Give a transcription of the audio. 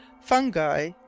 fungi